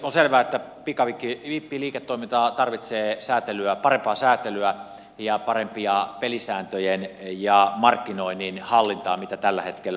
on selvää että pikavippiliiketoiminta tarvitsee parempaa säätelyä ja parempia pelisääntöjen ja markkinoinnin hallintaa kuin tällä hetkellä on